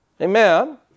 Amen